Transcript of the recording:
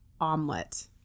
omelet